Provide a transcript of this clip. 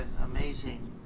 amazing